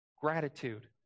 Gratitude